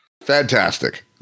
Fantastic